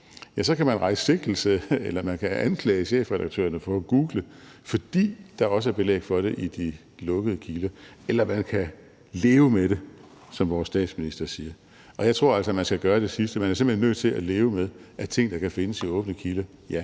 Ja, så kan man rejse sigtelse, eller man kan anklage chefredaktørerne for at google, fordi der også er belæg for det i de lukkede kilder. Eller man kan leve med det, som vores statsminister siger. Jeg tror altså, at man skal gøre det sidste. Man er simpelt hen nødt til at leve med, at når ting kan findes i åbne kilder – ja,